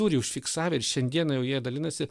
turi užfiksavę ir šiandieną jau jie dalinasi